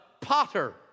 potter